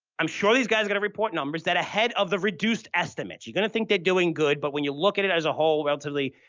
i'm sure these guys going to report numbers that are ahead of the reduced estimates. you're going to think they're doing good, but when you look at it as a whole, relatively,